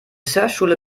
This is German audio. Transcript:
surfschule